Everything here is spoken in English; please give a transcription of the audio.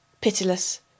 pitiless